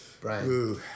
Brian